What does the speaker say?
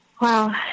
Wow